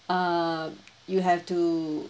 err you have to